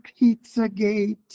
Pizzagate